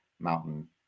Mountain